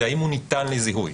האם הוא ניתן לזיהוי.